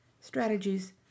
Strategies